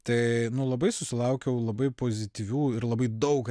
tai labai susilaukiau labai pozityvių ir labai daug